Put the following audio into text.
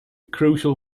crucial